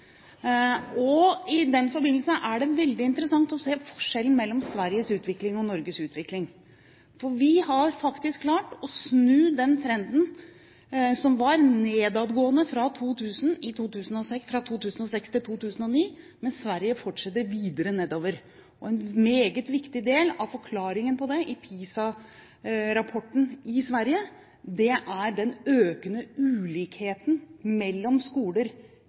likhet. I den forbindelse er det veldig interessant å se forskjellen mellom Sveriges utvikling og Norges utvikling. For vi har faktisk klart å snu den trenden som var nedadgående i 2006, fra 2006 til 2009, mens Sverige fortsetter videre nedover, og en meget viktig del av forklaringen i PISA-rapporten på det er den økende ulikheten mellom skoler